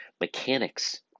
mechanics